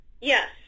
Yes